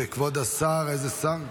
את כבוד השר, איזה שר?